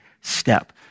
step